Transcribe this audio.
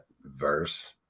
verse